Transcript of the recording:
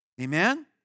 Amen